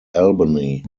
albany